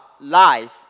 life